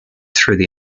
through